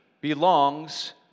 belongs